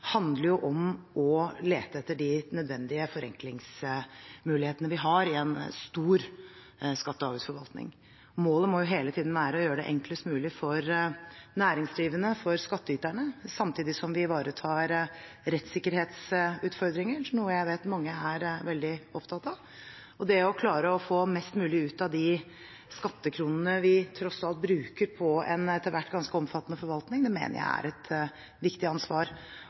handler om å lete etter de nødvendige forenklingsmulighetene vi har i en stor skatte- og avgiftsforvaltning. Målet må hele tiden være å gjøre det enklest mulig for næringsdrivende, for skattyterne, samtidig som vi ivaretar rettssikkerhetsutfordringene, noe jeg vet mange er veldig opptatt av. Det å klare å få mest mulig ut av de skattekronene vi tross alt bruker på en etter hvert ganske omfattende forvaltning, mener jeg er et viktig ansvar,